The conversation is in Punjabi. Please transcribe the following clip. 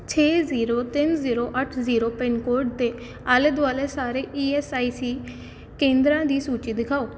ਛੇ ਜ਼ੀਰੋ ਤਿੰਨ ਜ਼ੀਰੋ ਅੱਠ ਜ਼ੀਰੋ ਪਿੰਨ ਕੋਡ ਦੇ ਆਲੇ ਦੁਆਲੇ ਸਾਰੇ ਈ ਐਸ ਆਈ ਸੀ ਕੇਂਦਰਾਂ ਦੀ ਸੂਚੀ ਦਿਖਾਓ